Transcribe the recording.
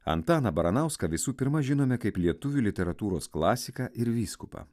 antaną baranauską visų pirma žinome kaip lietuvių literatūros klasiką ir vyskupą